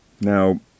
Now